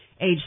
age